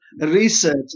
research